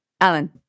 Alan